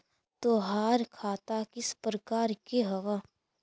तोहार खता किस प्रकार के हवअ